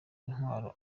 intwaro